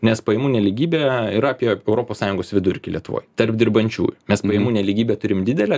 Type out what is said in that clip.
nes pajamų nelygybė yra apie europos sąjungos vidurkį lietuvoj tarp dirbančiųjų mes pajamų nelygybę turim didelę